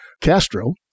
Castro